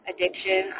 Addiction